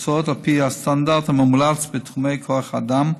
ותוצאות על פי הסטנדרט המומלץ בתחומי כוח האדם,